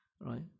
right